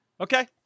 Okay